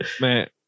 Man